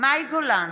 מאי גולן,